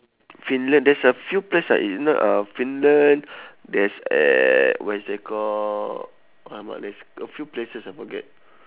finland there's a few place ah in uh finland there's uh what is it that call quite a lot there's a few places I forget